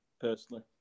personally